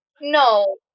No